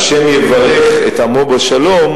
ה' יברך את עמו בשלום,